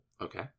Okay